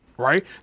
right